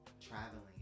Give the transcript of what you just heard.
traveling